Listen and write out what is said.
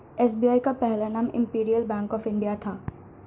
SBI का पहला नाम इम्पीरीअल बैंक ऑफ इंडिया था